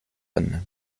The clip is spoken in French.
anne